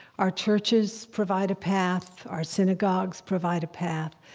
our churches provide a path, our synagogues provide a path,